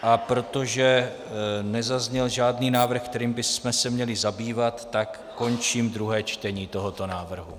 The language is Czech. A protože nezazněl žádný návrh, který bychom se měli zabývat, tak končím druhé čtení tohoto návrhu.